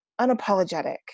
unapologetic